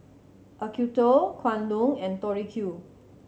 Acuto Kwan Loong and Tori Q